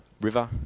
river